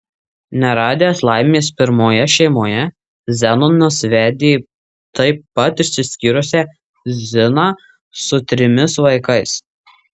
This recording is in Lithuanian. neradęs laimės pirmoje šeimoje zenonas vedė taip pat išsiskyrusią ziną su trimis vaikais